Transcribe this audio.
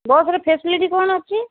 ବସ୍ରେ ଫ୍ୟାସିଲିଟି କ'ଣ ଅଛି